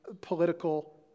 political